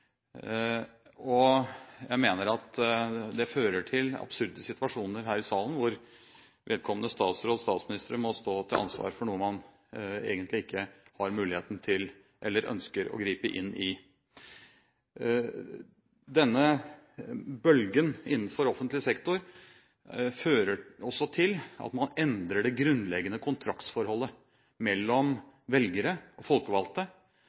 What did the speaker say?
Jeg mener at det fører til absurde situasjoner her i salen, hvor vedkommende statsråder og statsministre må stå til ansvar for noe man egentlig ikke har muligheten til eller ønsker å gripe inn i. Denne bølgen innenfor offentlig sektor fører også til at man endrer det grunnleggende kontraktsforholdet mellom velgere og folkevalgte,